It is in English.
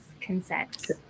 consent